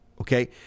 Okay